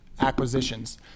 acquisitions